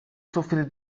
sufrir